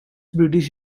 british